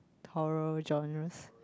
horror genres